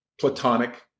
platonic